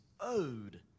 owed